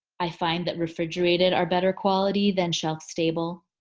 i find that refrigerated are better quality than shelf stable.